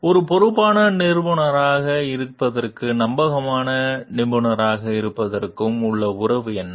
ஒரு பொறுப்பான நிபுணராக இருப்பதற்கும் நம்பகமான நிபுணராக இருப்பதற்கும் உள்ள உறவு என்ன